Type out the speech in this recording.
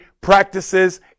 practices